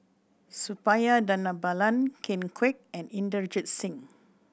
Suppiah Dhanabalan Ken Kwek and Inderjit Singh